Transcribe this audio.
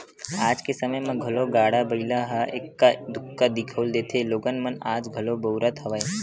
आज के समे म घलो गाड़ा बइला ह एक्का दूक्का दिखउल देथे लोगन मन आज घलो बउरत हवय